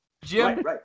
Jim